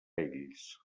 ells